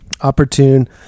opportune